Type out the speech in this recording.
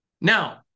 Now